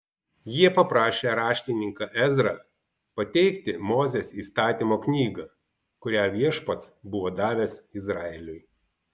jie paprašė raštininką ezrą pateikti mozės įstatymo knygą kurią viešpats buvo davęs izraeliui